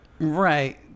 Right